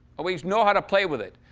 we know how to play with it.